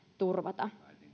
turvata